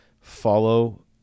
Follow